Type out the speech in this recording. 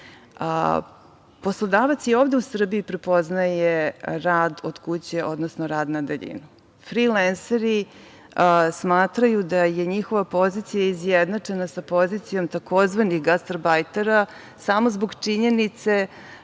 konciznija. Poslodavac i ovde u Srbiji prepoznaje rad od kuće odnosno rad na daljinu. Frilenseri smatraju da je njihova pozicija izjednačena sa pozicijom tzv. gastarbajtera samo zbog činjenice